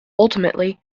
ultimately